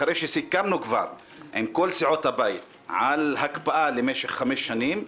אחרי שסיכמנו כבר עם כל סיעות הבית על הקפאה למשך 5 שנים.